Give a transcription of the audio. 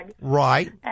Right